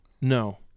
No